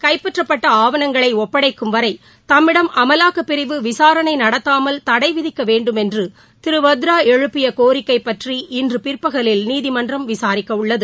கைப்பற்றப்பட்ட ஆவணங்களை ஒப்படைக்கும் வரை தம்மிடம் அமலாக்கப்பிரிவு விசாரணை நடத்தாமல் தடை விதிக்கவேண்டும் என்று திரு வத்ரா எழுப்பிய கோரிக்கை பற்றி இன்று பிற்பகலில் நீதிமன்றம் விசாரிக்கவுள்ளது